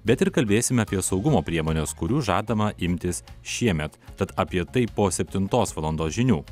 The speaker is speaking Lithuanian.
bet ir kalbėsime apie saugumo priemones kurių žadama imtis šiemet tad apie tai po septintos valandos žinių